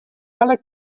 ale